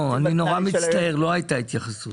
לא, אני מצטער, לא הייתה התייחסות.